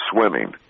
swimming